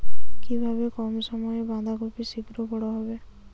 কিভাবে কম সময়ে বাঁধাকপি শিঘ্র বড় হবে?